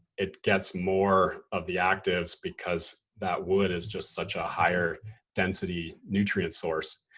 it gets more of the actives because that wood is just such a higher density nutrient source.